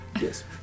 yes